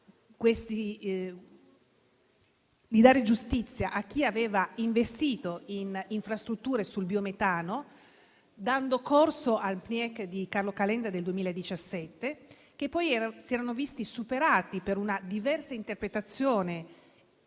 a dare giustizia a chi aveva investito in infrastrutture sul biometano dando corso al PNIEC di Carlo Calenda del 2017. Questi imprenditori si erano poi visti superati, per una diversa interpretazione